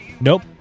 Nope